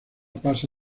pasa